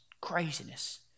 craziness